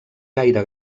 gaire